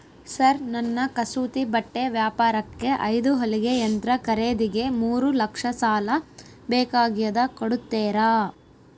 Sir ನನ್ನ ಕಸೂತಿ ಬಟ್ಟೆ ವ್ಯಾಪಾರಕ್ಕೆ ಐದು ಹೊಲಿಗೆ ಯಂತ್ರ ಖರೇದಿಗೆ ಮೂರು ಲಕ್ಷ ಸಾಲ ಬೇಕಾಗ್ಯದ ಕೊಡುತ್ತೇರಾ?